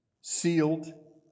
sealed